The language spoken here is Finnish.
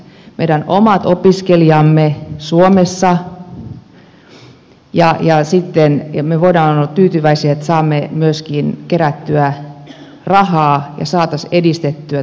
meidän omat opiskelijamme suomessa voisivat olla ja me voisimme olla tyytyväisiä että saisimme myöskin kerättyä rahaa ja saisimme edistettyä tätä koulutusvientiä